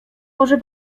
może